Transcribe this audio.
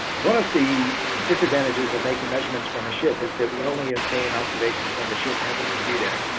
one of the disadvantages of making measurements from a ship is that we only obtain observations when the ship happens to be there,